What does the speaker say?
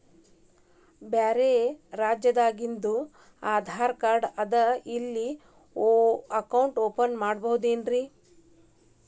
ಬ್ಯಾರೆ ರಾಜ್ಯಾದಾಗಿಂದು ಆಧಾರ್ ಕಾರ್ಡ್ ಅದಾ ಇಲ್ಲಿ ಅಕೌಂಟ್ ಓಪನ್ ಮಾಡಬೋದೇನ್ರಿ?